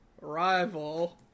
rival